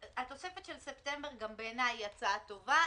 התוספת של ספטמבר, גם בעיניי היא הצעה טובה.